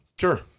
Sure